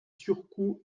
surcoûts